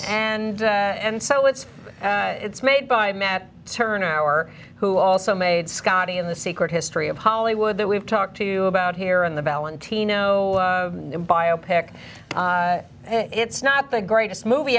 and so it's it's made by matt turn our who all so made scotty in the secret history of hollywood that we've talked to about here in the valentino bio pic it's not the greatest movie